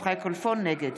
נגד